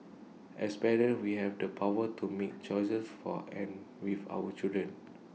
as parents we have the power to make choices for and with our children